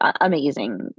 amazing